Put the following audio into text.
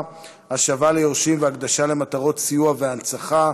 (השבה ליורשים והקדשה למטרות סיוע והנצחה)